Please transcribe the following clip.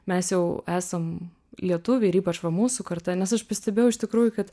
mes jau esam lietuviai ir ypač va mūsų karta nes aš pastebėjau iš tikrųjų kad